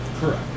Correct